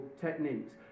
techniques